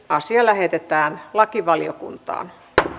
asia lähetetään lakivaliokuntaan